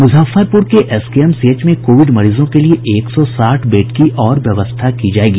मुजफ्फरपुर के एसकेएमसीएच में कोविड मरीजों के लिये एक सौ साठ बेड की और व्यवस्था की जायेगी